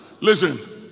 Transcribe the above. Listen